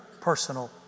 personal